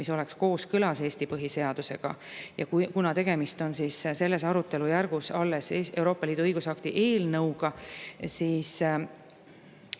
mis oleks kooskõlas Eesti põhiseadusega. Ja kui tegemist on arutelujärgus Euroopa Liidu õigusakti eelnõuga, siis